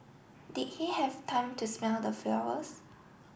did he have time to smell the flowers